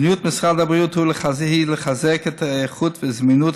מדיניות משרד הבריאות היא לחזק את האיכות והזמינות